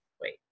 Wait